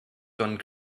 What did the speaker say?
gone